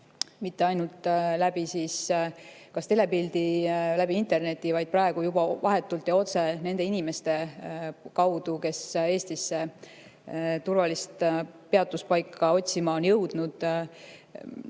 mitte ainult läbi telepildi või interneti, vaid tuleb praegu juba vahetult ja otse nende inimeste kaudu, kes on Eestisse turvalist peatuspaika otsima jõudnud.